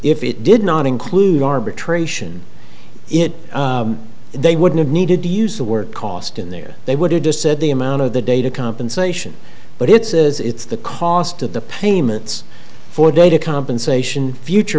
if it did not include arbitration it they wouldn't have needed to use the work cost in there they would have just said the amount of the data compensation but it says it's the cost of the payments for data compensation future